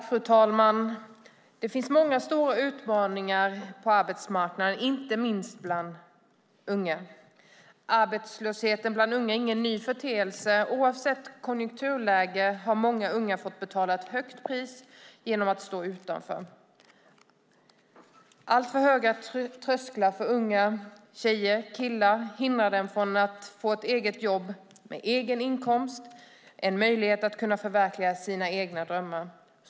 Fru talman! Det finns många stora utmaningar på arbetsmarknaden, inte minst bland unga. Arbetslösheten bland unga är ingen ny företeelse. Oavsett konjunkturläge har många unga fått betala ett högt pris genom att stå utanför. Alltför höga trösklar för unga tjejer och killar hindrar dem från att få ett eget jobb med egen inkomst och en möjlighet att förverkliga egna drömmar.